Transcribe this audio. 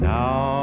now